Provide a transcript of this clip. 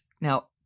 now